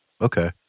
Okay